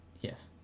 Yes